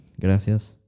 Gracias